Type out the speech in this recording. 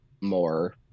more